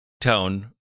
tone